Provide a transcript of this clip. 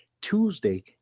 tuesday